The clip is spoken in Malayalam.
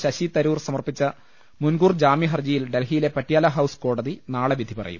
ശശി തരൂർ സമർപ്പിച്ച മുൻകൂർ ജാമ്യഹർജിയിൽ ഡൽഹിയിലെ പട്യാല ഹൌസ് കോടതി നാളെ വിധി പറയും